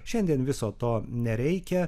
šiandien viso to nereikia